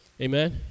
Amen